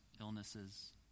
illnesses